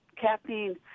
caffeine